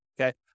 okay